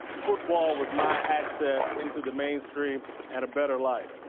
football was my access into the mainstream and a better life.